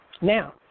Now